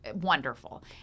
wonderful